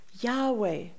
Yahweh